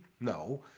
No